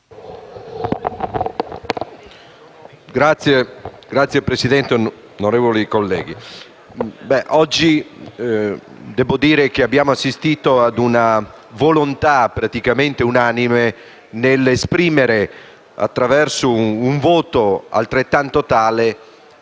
Signor Presidente, onorevoli colleghi, oggi debbo dire che abbiamo assistito a una volontà praticamente unanime nell'esprimere, attraverso un voto altrettanto